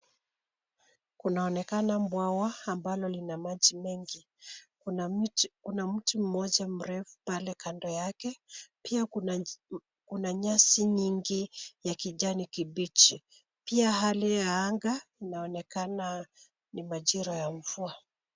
Kunaonekana bwawa ambalo lina maji mengi. Kuna mti mmoja mrefu pale kando yake. Pia kuna nyasi nyingi ya kijani kibichi. Pia hali ya anga inaonekana ni majira ya mvua.